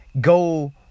go